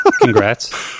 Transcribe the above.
Congrats